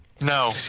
No